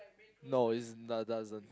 no is nah doesn't